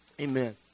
Amen